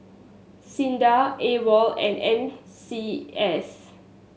SINDA AWOL and N C S